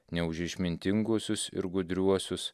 ne už išmintinguosius ir gudriuosius